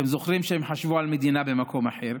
אתם זוכרים שהם חשבו על מדינה במקום אחר,